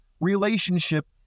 relationship